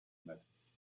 matters